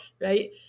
right